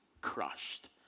crushed